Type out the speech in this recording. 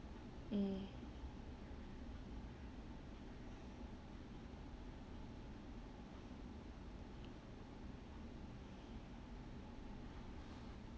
mm